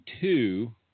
two